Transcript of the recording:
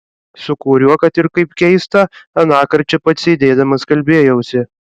su kuriuo kad ir kaip keista anąkart čia pat sėdėdamas kalbėjausi